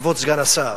כבוד סגן השר,